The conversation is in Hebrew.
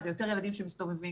זה יותר ילדים שמסתובבים.